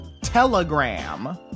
Telegram